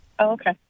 Okay